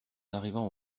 arrivant